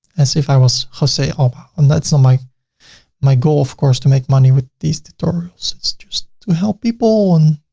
as if i was jose alba and that's so not my goal, of course, to make money with these tutorials. it's just to help people and.